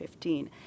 2015